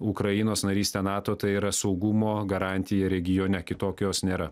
ukrainos narystė nato tai yra saugumo garantija regione kitokios nėra